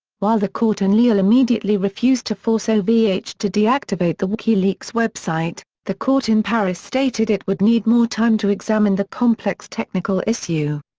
while the court in lille immediately refused to force ovh to deactivate the wikileaks website, the court in paris stated it would need more time to examine the complex technical issue.